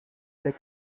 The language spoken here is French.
faict